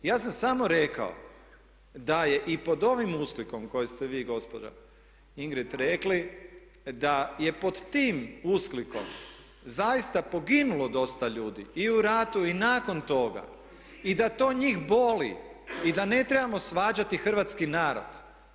Ja sam samo rekao da je i pod ovim usklikom koji ste vi i gospođa Ingrid rekli da je pod tim usklikom zaista poginulo dosta ljudi i u ratu i nakon toga i da to njih boli i da ne trebamo svađati hrvatski narod.